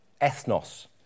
ethnos